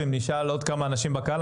ואם נשאל עוד כמה אנשים בקהל,